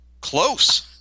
close